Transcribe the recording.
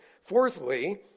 Fourthly